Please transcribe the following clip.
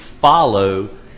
follow